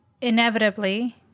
inevitably